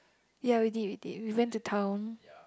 ya we did we did we went to town